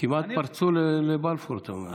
כמעט פרצו לבלפור, אתה אומר.